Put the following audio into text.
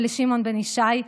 ולשמעון בן-ישי,